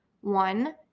one